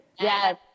Yes